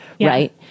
right